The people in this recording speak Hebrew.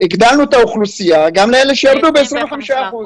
את האוכלוסייה גם לאלה שירדו ב-25 אחוזים.